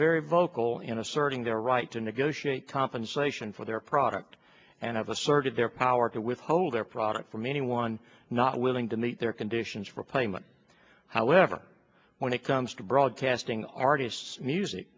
very vocal in asserting their right to negotiate compensation for their product and have asserted their power to withhold their product from anyone not willing to meet their conditions for payment however when it comes to broadcasting artists music